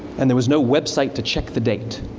and there was no website to check the date.